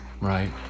Right